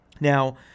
Now